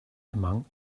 among